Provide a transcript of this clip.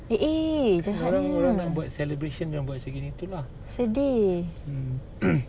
orang orang nak buat celebration dia orang buat macam gini tu lah